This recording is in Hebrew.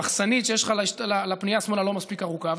המחסנית שיש לפנייה שמאלה לא מספיק ארוכה,